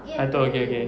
I thought okay okay